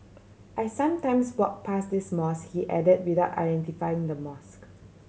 I sometimes walk pass this mosque he added without identifying the mosque